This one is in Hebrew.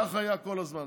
כך היה כל הזמן.